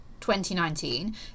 2019